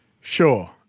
Sure